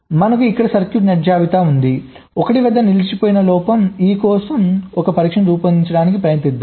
మనకు ఇక్కడ circuit net జాబితా ఉంది 1 వద్ద నిలిచిన లోపం E కోసం ఒక పరీక్షను రూపొందించడానికి ప్రయత్నిద్దాం